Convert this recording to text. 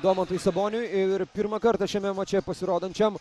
domantui saboniui ir pirmą kartą šiame mače pasirodančiam